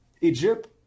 Egypt